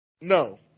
No